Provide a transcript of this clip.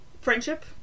friendship